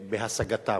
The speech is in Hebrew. ובהשגתם.